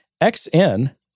xn